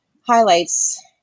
highlights